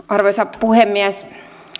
arvoisa puhemies